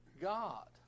God